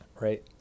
right